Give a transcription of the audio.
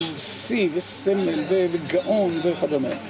ושיא וסמל וגאון וכדומה